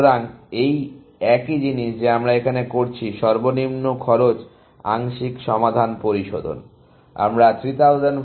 সুতরাং এই একই জিনিস যে আমরা এখানে করছি সর্বনিম্ন খরচ আংশিক সমাধান পরিশোধন